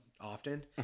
often